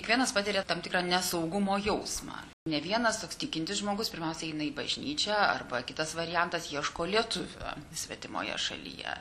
kiekvienas patiria tam tikrą nesaugumo jausmą ne vienas toks tikintis žmogus pirmiausia eina į bažnyčią arba kitas variantas ieško lietuvio svetimoje šalyje